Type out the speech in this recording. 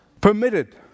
permitted